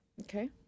Okay